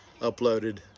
uploaded